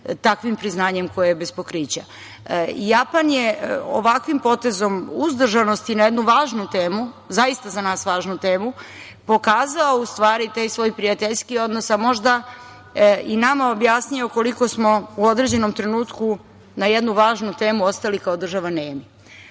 takvim priznanjem koje je bez pokrića. Japan je ovakvim potezom uzdržanosti na jednu važnu temu, zaista za nas važnu temu, pokazao u stvari taj svoj prijateljski odnos, a možda i nama objasnio koliko smo u određenom trenutku na jednu važnu temu ostali kao država nemi. Ali,